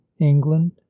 England